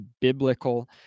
biblical